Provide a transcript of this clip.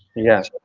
yes,